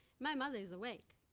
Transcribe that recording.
my mother is awake.